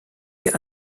die